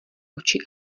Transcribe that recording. oči